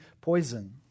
poison